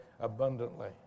abundantly